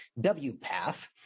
WPATH